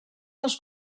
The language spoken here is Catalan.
dels